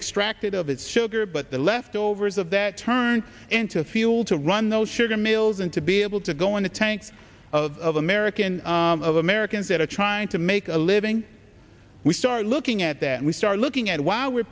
extracted of it's sugar but the leftovers of that turn into fuel to run those sugar mills and to be able to go in the tank of american of americans that are trying to make a living we start looking at that and we start looking at why we're